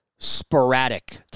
sporadic